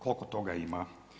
Koliko toga ima?